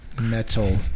Metal